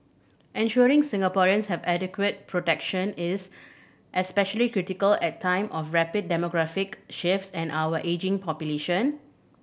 ensuring Singaporeans have adequate protection is especially critical at time of rapid demographic shifts and our ageing population